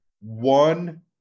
one